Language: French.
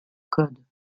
code